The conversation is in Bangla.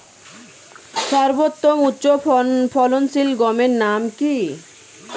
সর্বতম উচ্চ ফলনশীল গমের নাম কি?